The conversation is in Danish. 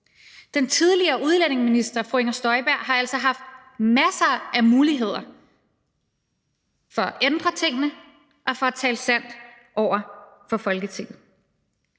Den tidligere udlændinge- og integrationsminister fru Inger Støjberg har altså haft masser af muligheder for at ændre tingene og for at tale sandt over for Folketinget.